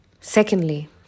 secondly